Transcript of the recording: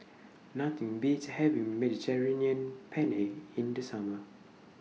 Nothing Beats having Mediterranean Penne in The Summer